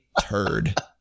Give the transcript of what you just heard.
turd